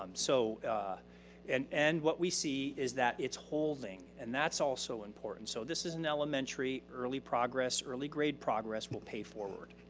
um so and and what we see is that it's holding. and that's also important. so this is an elementary early progress, early grade progress will pay forward.